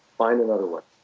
find another way.